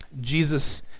Jesus